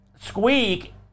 Squeak